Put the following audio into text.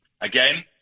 Again